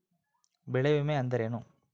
ಬೆಳೆ ವಿಮೆ ಅಂದರೇನು?